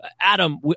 Adam